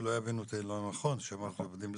שלא יבינו אותי לא נכון כשאני אומר שאנחנו עובדים ללא תקנה,